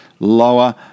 lower